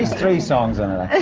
three songs in it,